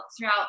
throughout